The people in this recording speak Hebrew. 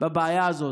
בבעיה הזאת.